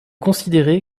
considéré